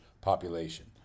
population